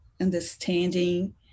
understanding